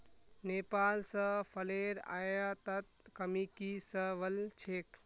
नेपाल स फलेर आयातत कमी की स वल छेक